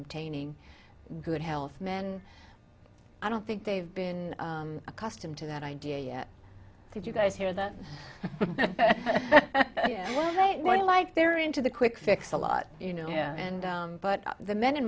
obtaining good health men i don't think they've been accustomed to that idea yet did you guys hear that they were like they're into the quick fix a lot you know and but the men in